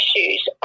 issues